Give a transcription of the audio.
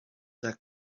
that